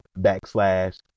backslash